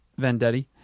Vendetti